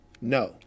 no